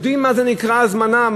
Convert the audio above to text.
שיודעים מה נקרא הזמנה,